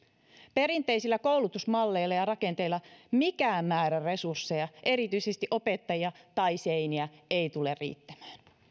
perinteisillä koulutusmalleilla ja rakenteilla mikään määrä resursseja erityisesti opettajia tai seiniä ei tule riittämään